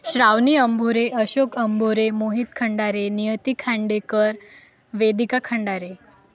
Shravani Ambhure Ashok Ambore Mohit Khandare Niyati Khandekar Vedika Khandare